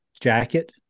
jacket